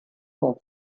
for